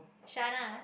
Shanna